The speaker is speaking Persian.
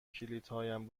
کلیدهایم